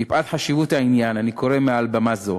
מפאת חשיבות העניין, אני קורא מעל בימה זו